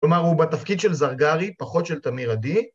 ‫כלומר, הוא בתפקיד של זרגרי, ‫פחות של תמיר עדי.